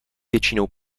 většinou